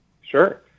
Sure